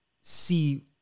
see